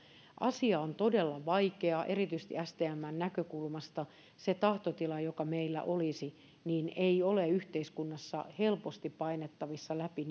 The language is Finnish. asia on todella vaikea erityisesti stmn näkökulmasta se tahtotila joka meillä olisi ei ole yhteiskunnassa helposti painettavissa läpi